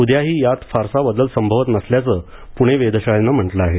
उद्याही यात फारसा बदल संभवत नसल्याचं पुणे वेधशाळेनं म्हटलं आहे